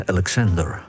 Alexander